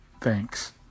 Thanks